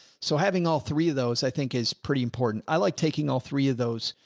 so having all three of those, i think is pretty important. i like taking all three of those.